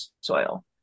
soil